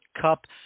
Cup